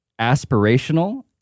aspirational